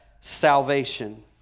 salvation